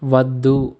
వద్దు